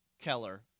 Keller